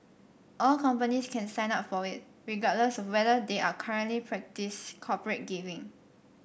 all companies can sign up for it regardless of whether they are currently practise corporate giving